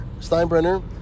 Steinbrenner